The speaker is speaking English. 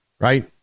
right